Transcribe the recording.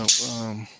No